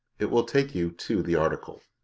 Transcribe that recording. it will take you to the article.